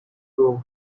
proof